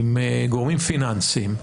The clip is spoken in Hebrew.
עם גורמים פיננסיים,